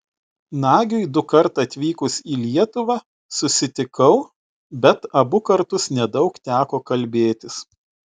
nagiui dukart atvykus į lietuvą susitikau bet abu kartus nedaug teko kalbėtis